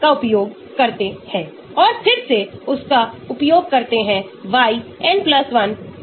तो उदाहरण के लिए मैं अलग दिख रहा हूं मैं H Me एथिल या N प्रोफिल या N ब्यूटाइल में प्रतिस्थापित कर रहा हूं तो phi इस तरह बदलते हैं